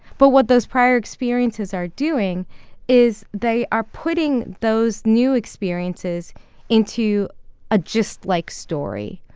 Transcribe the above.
but what those prior experiences are doing is they are putting those new experiences into a just-like story,